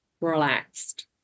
relaxed